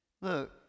Look